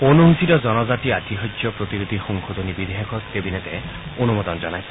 অনুসূচিত জনজাতি আতিশয্য প্ৰতিৰোধী সংশোধনী বিধেয়কত কেবিনেটে অনুমোদন জনাইছে